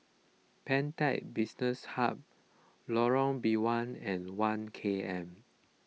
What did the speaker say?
Pantech Business Hub Lorong Biawak and one K M